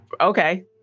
Okay